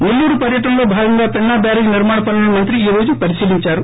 నెల్లూరు పర్శ్యటనలో భాగంగా పెన్సా బ్యారేజ్ నిర్మాణ పనులను మంత్రి ఈ రోజు పరిశీలించారు